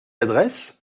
adresse